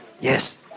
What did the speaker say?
Yes